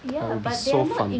I will be so fun